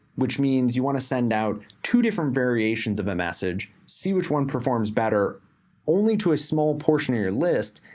which means you wanna send out two different variations of a message, see which one preforms better only to a small portion of your list.